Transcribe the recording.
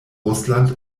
russland